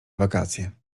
wakacje